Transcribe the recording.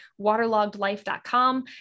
waterloggedlife.com